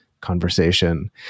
conversation